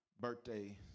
birthday